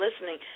listening